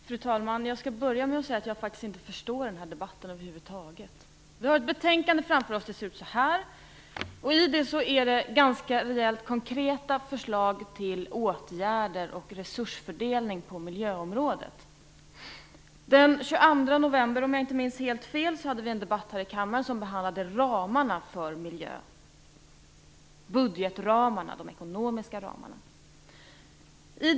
Fru talman! Jag skall börja med att säga att jag inte förstår den här debatten över huvud taget. Vi har ett betänkande framför oss som innehåller konkreta förslag till åtgärder och resursfördelning på miljöområdet. Den 22 november, om jag inte minns helt fel, hade vi en debatt här i kammaren som behandlade budgetramarna, de ekonomiska ramarna, för miljön.